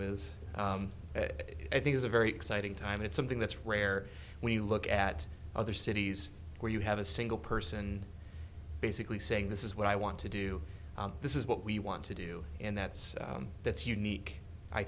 it i think is a very exciting time it's something that's rare when you look at other cities where you have a single person basically saying this is what i want to do this is what we want to do and that's that's unique i